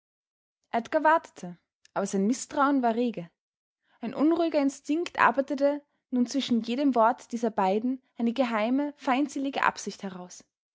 wartete aber sein mißtrauen war rege ein unruhiger instinkt arbeitete nun zwischen jedem wort dieser beiden eine geheime feindselige absicht heraus